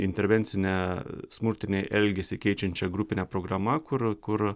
intervencine smurtinį elgesį keičiančia grupine programa kur kur